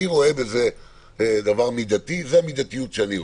אני רואה בזה דבר מידתי וזאת המידתיות שאני רואה.